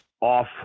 off